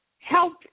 help